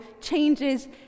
changes